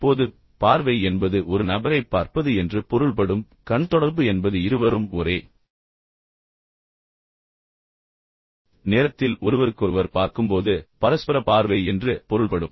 இப்போது பார்வை என்பது ஒரு நபரைப் பார்ப்பது என்று பொருள்படும் கண் தொடர்பு என்பது இருவரும் ஒரே நேரத்தில் ஒருவருக்கொருவர் பார்க்கும்போது பரஸ்பர பார்வை என்று பொருள்படும்